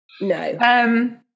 No